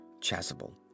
Chasuble